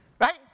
right